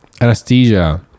anesthesia